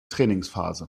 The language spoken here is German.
trainingsphase